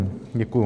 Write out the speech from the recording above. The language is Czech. Děkuju.